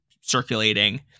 circulating